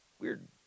weird